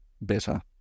better